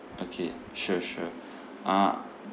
okay sure sure uh